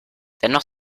dennoch